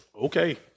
Okay